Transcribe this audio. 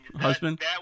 husband